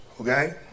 Okay